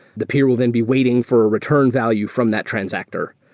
the peer will then be waiting for a return value from that transactor.